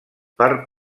per